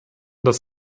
das